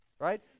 right